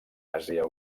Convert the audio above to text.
àsia